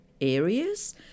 areas